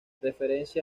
referencia